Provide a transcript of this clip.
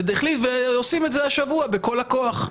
ועושים את זה השבוע בכל החוק,